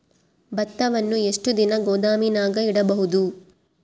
ಭತ್ತವನ್ನು ಎಷ್ಟು ದಿನ ಗೋದಾಮಿನಾಗ ಇಡಬಹುದು?